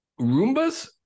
Roombas